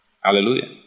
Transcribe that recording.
Hallelujah